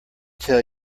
tell